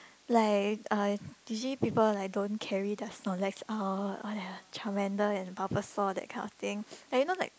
like uh usually people like don't carry their snorlax out or like charmander and bubblesaw that kind of thing like you know like